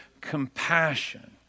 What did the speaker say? compassion